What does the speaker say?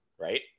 right